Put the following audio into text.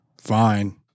fine